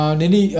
nini